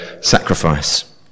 sacrifice